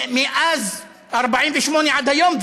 מאז 1948 עד היום.